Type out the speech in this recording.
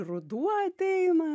ruduo ateina